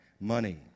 money